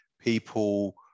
People